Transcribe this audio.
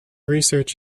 research